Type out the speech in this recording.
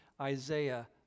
Isaiah